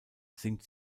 singt